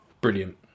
Brilliant